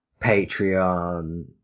Patreon